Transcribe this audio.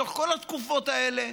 בתוך כל התקופות האלה,